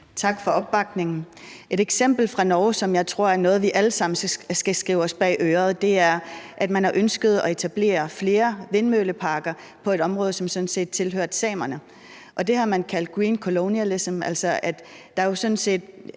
Tak for opbakningen. Et eksempel fra Norge, som jeg tror er noget, vi alle sammen skal skrive os bag øret, er, at man har ønsket at etablere flere vindmølleparker på et område, som sådan set tilhørte samerne, og det har man kaldt green colonialism. Altså, der er jo sådan set